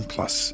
Plus